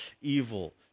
evil